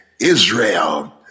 Israel